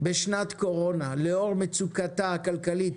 בשנת קורונה, לאור מצוקתה הכלכלית